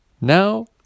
Now